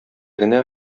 генә